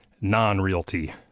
non-realty